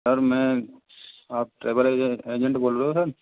sir मैं आप travel agent बोल रहे हो सर